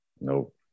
nope